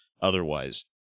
otherwise